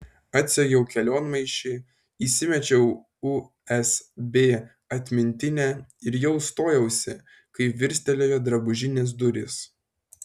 atsegiau kelionmaišį įsimečiau usb atmintinę ir jau stojausi kai virstelėjo drabužinės durys